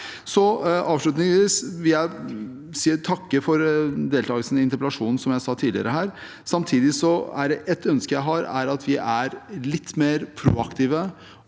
vil jeg takke for deltagelsen i interpellasjonen, som jeg sa tidligere her. Samtidig er det et ønske jeg har, at vi er litt mer proaktive